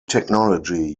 technology